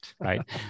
right